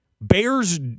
Bears